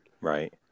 right